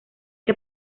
que